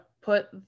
put